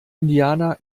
indianer